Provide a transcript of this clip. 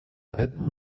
поэтому